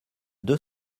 deux